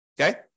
Okay